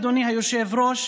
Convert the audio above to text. אדוני היושב-ראש,